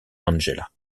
angela